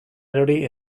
erori